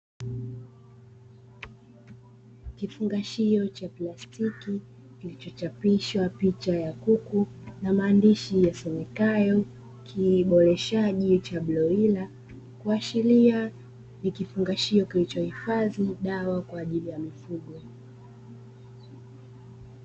Kifungashio cha plastiki kilichochapishwa picha ya kuku na maandishi yasomekayo kiboreshaji cha broila, kuashiria ni kifungashio kilichohifadhi dawa kwa ajili ya mifugo.